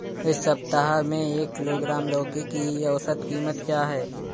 इस सप्ताह में एक किलोग्राम लौकी की औसत कीमत क्या है?